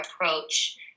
approach